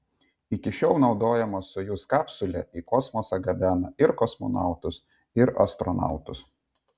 iki šiol naudojama sojuz kapsulė į kosmosą gabena ir kosmonautus ir astronautus